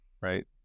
right